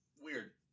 Weird